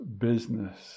business